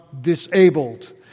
disabled